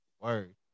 Word